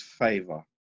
favor